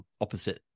opposite